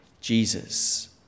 Jesus